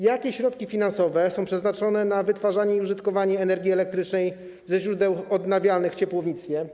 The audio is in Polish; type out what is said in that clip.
Jakie środki finansowe są przeznaczone na wytwarzanie i użytkowanie energii elektrycznej ze źródeł odnawialnych w ciepłownictwie?